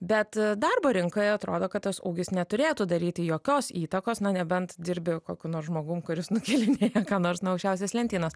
bet darbo rinkoje atrodo kad tas ūgis neturėtų daryti jokios įtakos na nebent dirbi kokiu nors žmogum kuris nukėlinėja ką nors nuo aukščiausios lentynos